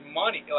money